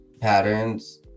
patterns